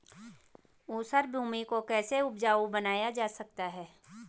ऊसर भूमि को कैसे उपजाऊ बनाया जा सकता है?